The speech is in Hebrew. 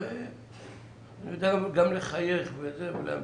אפשר גם להמתין.